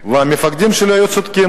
והמפקדים שלי צדקו.